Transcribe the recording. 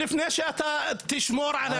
הוא יושב על הקרקע לפני שאתה תגיע לשם, הוא